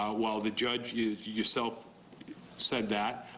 ah while the judge, yeah yourself said that.